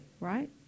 Right